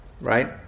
Right